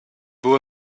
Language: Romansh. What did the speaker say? buca